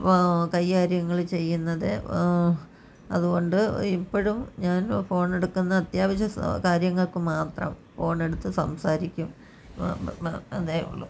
കൈകാര്യങ്ങൾ ചെയ്യുന്നത് അതുകൊണ്ട് ഇപ്പഴും ഞാൻ ഫോണ് എടുക്കുന്നത് അത്യാവശ്യ കാര്യങ്ങൾക്കു മാത്രം ഫോണ് എടുത്ത് സംസാരിക്കും അതേ ഉള്ളൂ